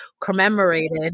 commemorated